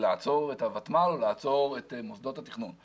לעצור את הוותמ"ל או לעצור את מוסדות התכנון.